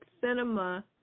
cinema